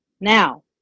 Now